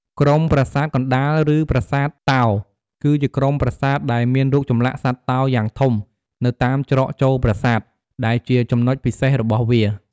ក្រុមប្រាសាទកណ្ដាល ឬប្រាសាទតោ គឺជាក្រុមប្រាសាទដែលមានរូបចម្លាក់សត្វតោយ៉ាងធំនៅតាមច្រកចូលប្រាសាទ ដែលជាចំណុចពិសេសរបស់វា។